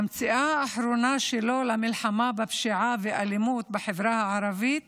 ההצעה האחרונה שלו למלחמה בפשיעה ואלימות בחברה הערבית